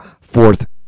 fourth